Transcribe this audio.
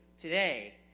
today